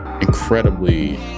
incredibly